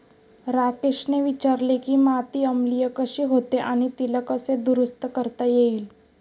राकेशने विचारले की माती आम्लीय कशी होते आणि तिला कसे दुरुस्त करता येईल?